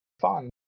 fun